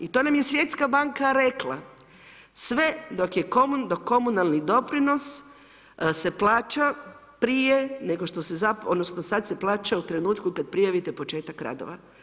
I to nam je Svjetska banka rekla sve dok komunalni doprinos se plaća prije nego što se, odnosno sada se plaća u trenutku kada prijavite početak radova.